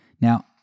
Now